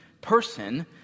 person